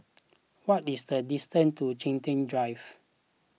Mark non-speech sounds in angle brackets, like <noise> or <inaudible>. <noise> what is the distance to Chiltern Drive